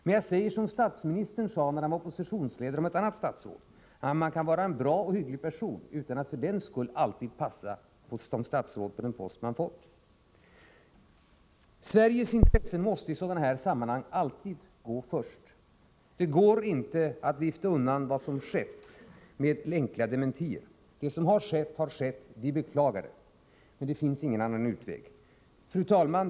Men jag säger som statsministern när han var oppositionsledare sade om ett annat statsråd: Man kan vara en bra och hygglig person utan att för den skull alltid passa till den post som statsråd man fått. Sveriges intressen måste i sådana här sammanhang alltid gå först. Det går inte att vifta undan vad som skett med enkla dementier: Det som har skett har skett — vi beklagar det. Det finns ingen annan utväg. Fru talman!